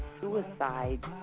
suicide